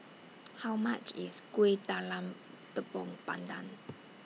How much IS Kueh Talam Tepong Pandan